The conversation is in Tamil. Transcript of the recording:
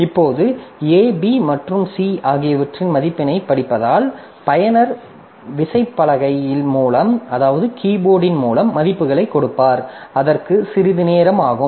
இப்போது a b மற்றும் c ஆகியவற்றின் மதிப்புகளைப் படிப்பதால் பயனர் விசைப்பலகை மூலம் மதிப்புகளைக் கொடுப்பார் அதற்கு சிறிது நேரம் ஆகும்